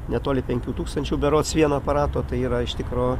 netoli penkių tūkstančių berods vieno aparato tai yra iš tikro